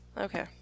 Okay